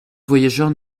voyageurs